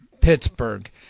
Pittsburgh